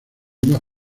más